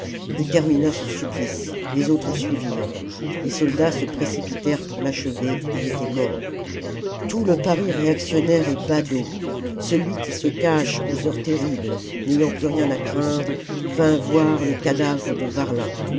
et termina son supplice les autres suivirent les soldats se précipitèrent pour l'achever il était mort tout le paris réactionnaire et badaud celui qui se cache aux heures terribles n'ayant plus rien à craindre vint voir le cadavre de varlin